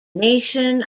nation